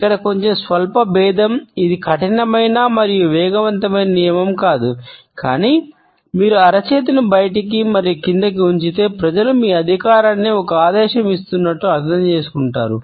ఇక్కడ కొంచెం స్వల్పభేదం ఇది కఠినమైన మరియు వేగవంతమైన నియమం కాదు కానీ మీరు అరచేతిని బయటకు మరియు క్రిందికి ఉంచితే ప్రజలు మీ అధికారాన్ని ఒక ఆదేశం ఇస్తున్నట్లు అర్థం చేసుకుంటారు